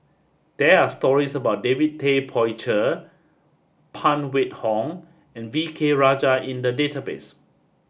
there are stories about David Tay Poey Cher Phan Wait Hong and V K Rajah in the database